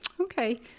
okay